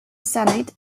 senate